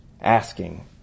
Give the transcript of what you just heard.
Asking